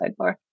sidebar